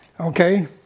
Okay